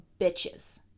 Bitches